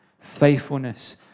faithfulness